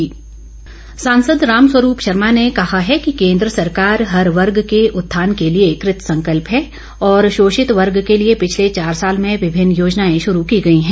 रामस्वरूप शर्मा सांसद रामस्वरूप शर्मा ने कहा है कि केन्द्र सरकार हर वर्ग के उत्थान के लिए कृतसंकल्प है और शोषित वर्ग के लिए पिछले चार साल में विभिन्न योजनाएं शुरू की गई हैं